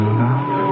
love